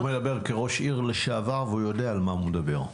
הוא מדבר כראש עיר לשעבר והוא יודע על מה הוא מדבר.